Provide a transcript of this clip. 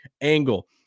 angle